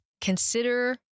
consider